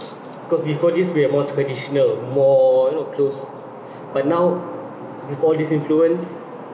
cause before this we are more traditional more you know close but now before this influence